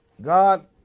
God